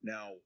Now